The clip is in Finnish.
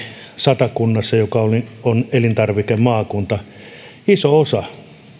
satakunnassa joka on elintarvikemaakunta iso osa